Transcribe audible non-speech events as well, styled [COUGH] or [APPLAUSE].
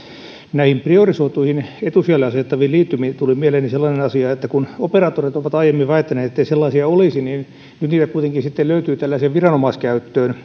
näistä priorisoiduista etusijalle asetettavista liittymistä tuli mieleeni sellainen asia että kun operaattorit ovat aiemmin väittäneet ettei sellaisia olisi niin nyt niitä kuitenkin sitten löytyy tällaiseen viranomaiskäyttöön [UNINTELLIGIBLE]